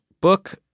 book